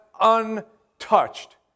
untouched